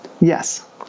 Yes